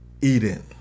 Eden